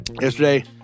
yesterday